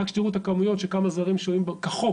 רק שתראו את הכמויות של כמה זרים שוהים פה כחוק,